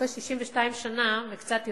אחרי 62 שנה, וקצת יותר,